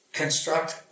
construct